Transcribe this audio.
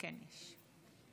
כן, יש.